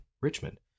Richmond